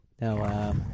No